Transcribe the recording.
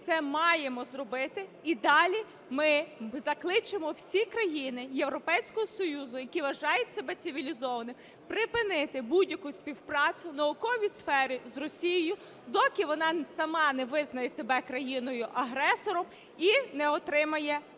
це маємо зробити і далі ми закличемо всі країни Європейського Союзу, які вважають себе цивілізованими, припинити будь-яку співпрацю в науковій сфері з Росією, доки вона сама не визнає себе країною-агресором і не капітулює.